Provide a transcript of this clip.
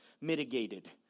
mitigated